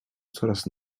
coraz